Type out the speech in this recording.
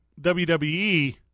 WWE